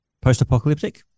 post-apocalyptic